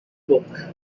book